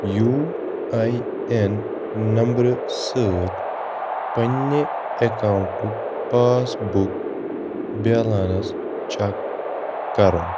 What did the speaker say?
U A N number سۭتۍ پننہِ ایٚکانٛٹُک پاس بُک بیلنٕس چیٚک کرُن